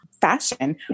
fashion